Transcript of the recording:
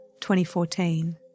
2014